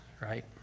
right